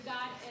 God